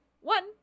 one